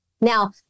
Now